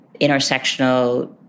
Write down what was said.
intersectional